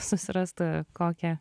susirast kokią